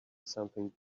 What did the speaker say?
something